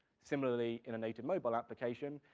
similarly, in a native mobile application,